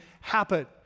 happen